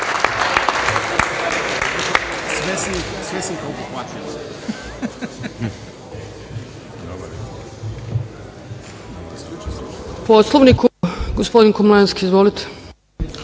Poslovniku, gospodin Komlenski. Izvolite.